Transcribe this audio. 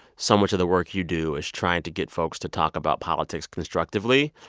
so much of the work you do is trying to get folks to talk about politics constructively.